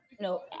no